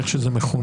כמו שזה מכונה,